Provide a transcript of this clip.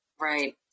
right